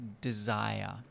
desire